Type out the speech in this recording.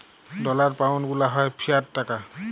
dollar, pound গুলা হ্যয় fiat টাকা